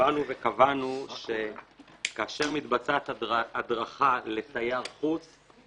קבענו שכאשר מתבצעת הדרכה לתייר חוץ,